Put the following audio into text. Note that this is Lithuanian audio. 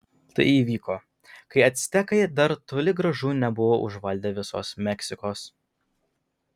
tai įvyko kai actekai dar toli gražu nebuvo užvaldę visos meksikos